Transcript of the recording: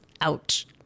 ouch